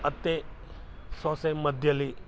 ಅತ್ತೆ ಸೊಸೆ ಮಧ್ಯದಲ್ಲಿ